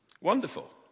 Wonderful